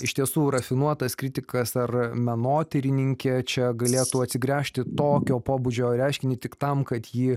iš tiesų rafinuotas kritikas ar menotyrininkė čia galėtų atsigręžti tokio pobūdžio reiškinį tik tam kad jį